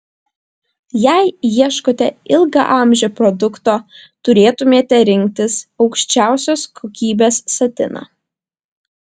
jei ieškote ilgaamžio produkto turėtumėte rinktis aukščiausios kokybės satiną